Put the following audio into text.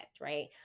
right